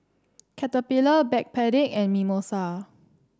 Caterpillar Backpedic and Mimosa